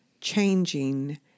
changing